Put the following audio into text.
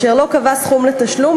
אשר לא קבע סכום לתשלום,